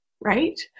right